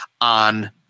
on